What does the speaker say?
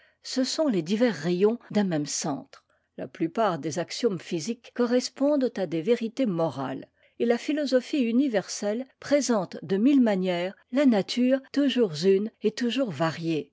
ce sont les divers rayons d'un même centre la plupart des axiomes physiques correspondent à des vérités morales et la philosophie universelle présente de mille manières la nature toujours une et toujours variée